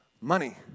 money